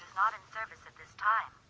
not in service at this time.